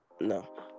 no